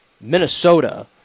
Minnesota